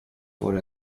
wurde